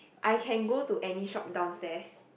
I can go to any shop downstairs